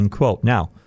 Now